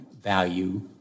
value